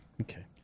Okay